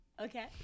Okay